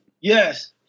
Yes